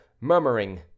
murmuring